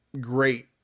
great